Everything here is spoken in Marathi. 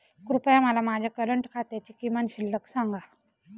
कृपया मला माझ्या करंट खात्याची किमान शिल्लक सांगा